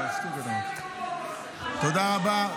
--- תודה רבה.